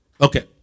Okay